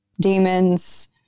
demons